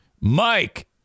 mike